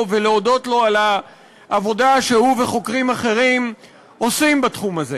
ולהודות לו על העבודה שהוא וחוקרים אחרים עושים בתחום הזה.